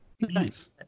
Nice